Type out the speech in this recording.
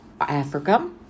Africa